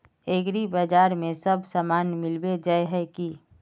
एग्रीबाजार में सब सामान मिलबे जाय है की?